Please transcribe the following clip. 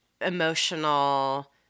emotional